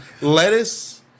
lettuce